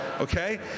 okay